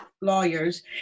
lawyers